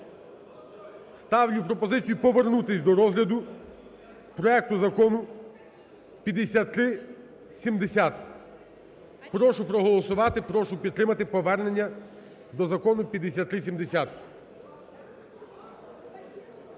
ставлю пропозицію повернутись до розгляду проекту Закону 5370. Прошу проголосувати, прошу підтримати повернення до Закону 5370.